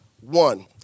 one